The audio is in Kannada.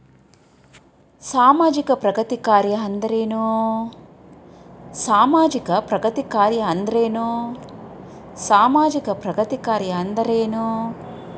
ಸಾಮಾಜಿಕ ಪ್ರಗತಿ ಕಾರ್ಯಾ ಅಂದ್ರೇನು?